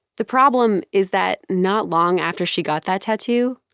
the problem is that not long after she got that tattoo,